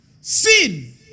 Sin